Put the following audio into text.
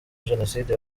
jenoside